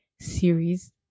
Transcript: series